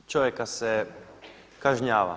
Čovjeka se kažnjava.